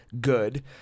good